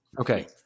Okay